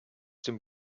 dem